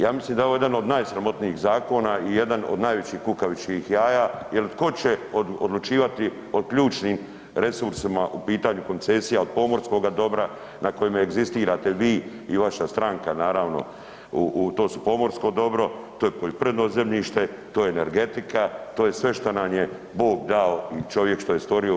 Ja mislim da je ovo jedan od najsramotnijih zakona i jedan od najvećih kukavičjih jaja, jel tko će odlučivati o ključnim resursima u pitanju koncesija od pomorskoga dobra na kojem egzistirate vi i vaša stranka, naravno to su pomorsko dobro, poljoprivredno zemljište, to je energetika, to je sve što nam je Bog dao i čovjek što je stvorio u RH.